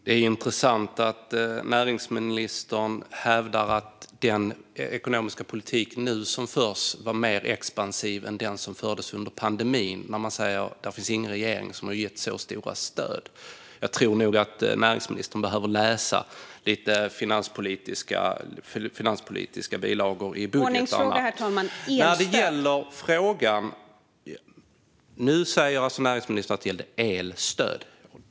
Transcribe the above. Herr talman! Det är intressant att näringsministern hävdar att den ekonomiska politik som nu förs är mer expansiv än den som fördes under pandemin. Hon säger att det inte finns någon regering som har gett lika stora stöd. Jag tror nog att näringsministern behöver läsa några finanspolitiska bilagor i budgetarna. : Jag har en ordningsfråga, herr talman. Det handlar om elstöd.) Nu sa alltså näringsministern att det gällde elstöd.